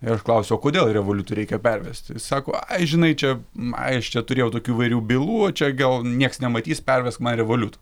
ir aš klausiu o kodėl revoliutu reikia pervesti jis sako ai žinai čia ai aš čia turėjau tokių įvairių bylų čia gal niekas nematys perves man revoliutu